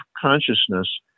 consciousness